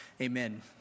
Amen